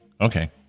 Okay